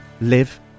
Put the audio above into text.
live